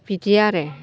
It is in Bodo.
बिदि आरो